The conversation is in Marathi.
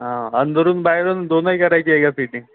हां अंदरून बाहेरून दोन्ही करायची आहे का फिटिंग